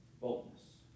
boldness